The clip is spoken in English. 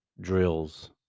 drills